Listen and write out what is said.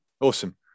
awesome